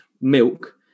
milk